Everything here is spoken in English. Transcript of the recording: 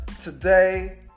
today